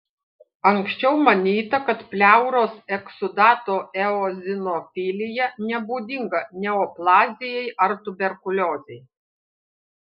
anksčiau manyta kad pleuros eksudato eozinofilija nebūdinga neoplazijai ar tuberkuliozei